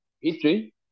history